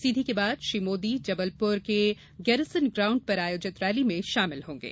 सीधी के बाद श्री मोदी जबलपुर के गैरिसन ग्राउंड पर आयोजित रैली में शामिल होंगे